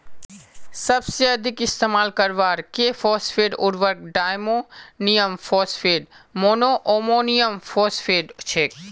सबसे अधिक इस्तेमाल करवार के फॉस्फेट उर्वरक डायमोनियम फॉस्फेट, मोनोअमोनियमफॉस्फेट छेक